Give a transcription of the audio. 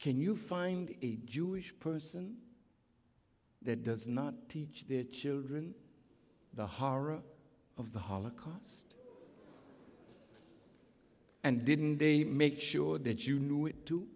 can you find a jewish person that does not teach their children the horror of the holocaust and didn't they make sure that you